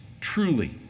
truly